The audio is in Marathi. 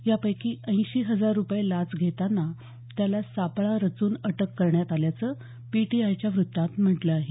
यापैकी ऐंशी हजार रुपये लाच घेताना त्याला सापळा रचून अटक करण्यात आल्याचं पीटीआयच्या वृत्तात म्हटलं आहे